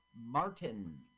Martin